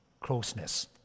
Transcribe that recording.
closeness